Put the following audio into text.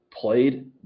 played